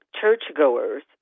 churchgoers